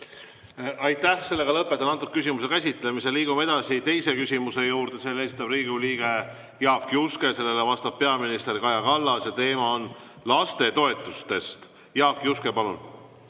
Aitäh! Lõpetan selle küsimuse käsitlemise. Liigume edasi teise küsimuse juurde. Selle esitab Riigikogu liige Jaak Juske, sellele vastab peaminister Kaja Kallas ja teema on lastetoetused. Jaak Juske, palun!